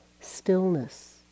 Stillness